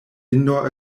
indoor